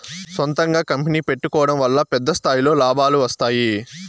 సొంతంగా కంపెనీ పెట్టుకోడం వల్ల పెద్ద స్థాయిలో లాభాలు వస్తాయి